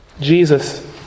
Jesus